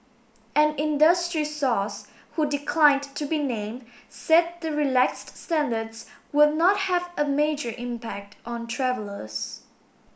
an industry source who declined to be named said the relaxed standards would not have a major impact on travellers